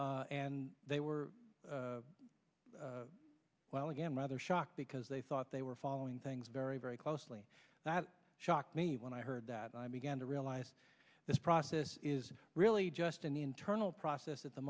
and they were well again rather shocked because they thought they were following things very very closely that shocked me when i heard that i began to realize this process is really just an internal process at the